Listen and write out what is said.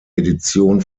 edition